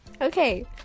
Okay